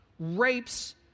rapes